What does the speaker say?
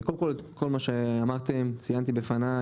קודם כל כל מה שאמרתם ציינתי בפני,